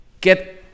get